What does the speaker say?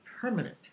permanent